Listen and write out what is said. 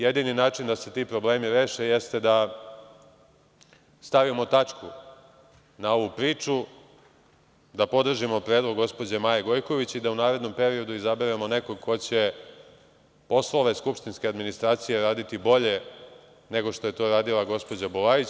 Jedini način da se ti problemi reše jeste da stavimo tačku na ovu priču, da podržimo predlog gospođe Maje Gojković i da u narednom periodu izaberemo nekog ko će poslove skupštinske administracije raditi bolje nego što je to radila gospođa Bulajić.